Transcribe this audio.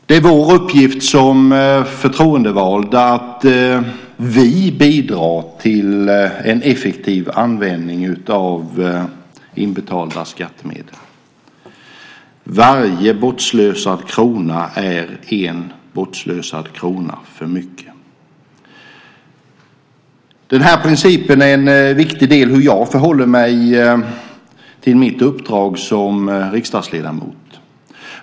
Det är vår uppgift som förtroendevalda att bidra till en effektiv användning av inbetalda skattemedel. Varje bortslösad krona är en bortslösad krona för mycket. Den här principen är en viktig del av hur jag förhåller mig till mitt uppdrag som riksdagsledamot.